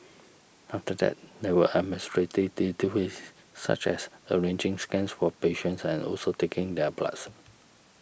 after that there were administrative duties such as arranging scans for patients and also taking their bloods